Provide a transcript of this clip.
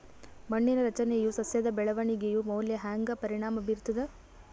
ಮಣ್ಣಿನ ರಚನೆಯು ಸಸ್ಯದ ಬೆಳವಣಿಗೆಯ ಮ್ಯಾಲ ಹ್ಯಾಂಗ ಪರಿಣಾಮ ಬೀರ್ತದ?